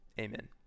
Amen